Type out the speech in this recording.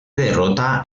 derrota